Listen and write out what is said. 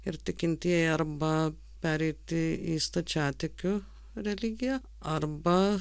ir tikintieji arba pereiti į stačiatikių religiją arba